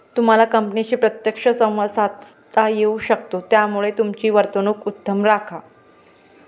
तुम्हाला कंपनीशी प्रत्यक्ष संवाद साधता येऊ शकतो त्यामुळे तुमची वर्तणूक उत्तम राखा